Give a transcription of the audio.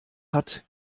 hat